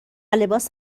لباس